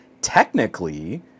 technically